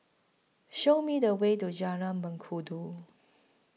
Show Me The Way to Jalan Mengkudu